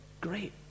great